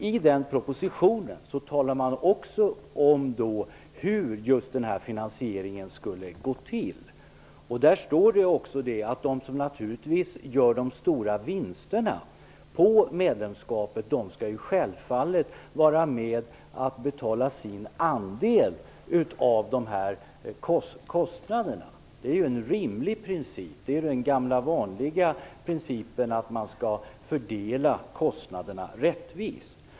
I propositionen framgår det hur finansieringen skall gå till. Där framgår det att de som gör de stora vinsterna på medlemskapet skall vara med och betala sin andel av kostnaderna. Det är en rimlig princip. Det är den gamla vanliga principen om att fördela kostnaderna rättvist.